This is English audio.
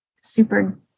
super